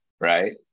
right